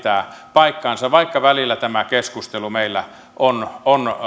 paikkansa vaikka välillä tämä keskustelu meillä on